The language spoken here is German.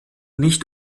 nicht